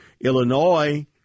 Illinois